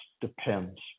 depends